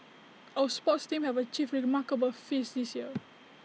our sports teams have achieved remarkable feats this year